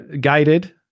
guided